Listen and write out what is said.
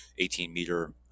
18-meter